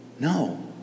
No